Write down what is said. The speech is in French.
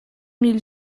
mille